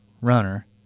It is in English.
runner